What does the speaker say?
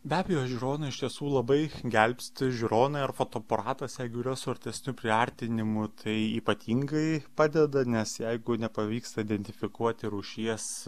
be abejo žiūronai iš tiesų labai gelbsti žiūronai ar fotoaparatas jeigu yra su artesniu priartinimu tai ypatingai padeda nes jeigu nepavyksta identifikuoti rūšies